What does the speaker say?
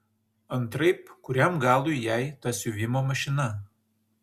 antraip kuriam galui jai ta siuvimo mašina